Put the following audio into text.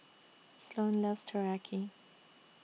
Sloane loves Teriyaki